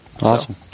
Awesome